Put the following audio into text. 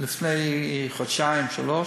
לפני חודשיים-שלושה